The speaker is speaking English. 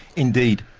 indeed.